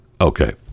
okay